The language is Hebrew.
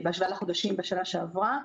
בהשוואה לחודשים בשנה שעברה.